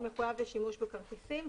הוא מחויב לשימוש בכרטיסים.